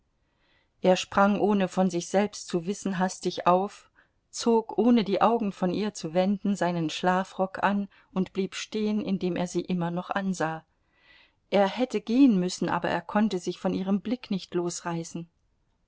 er sprang ohne von sich selbst zu wissen hastig auf zog ohne die augen von ihr zu wenden seinen schlafrock an und blieb stehen indem er sie immer noch ansah er hätte gehen müssen aber er konnte sich von ihrem blick nicht losreißen